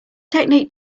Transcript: technique